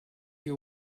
you